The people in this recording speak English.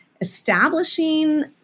establishing